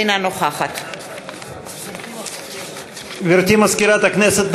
אינה נוכחת גברתי מזכירת הכנסת.